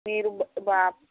మీరు బ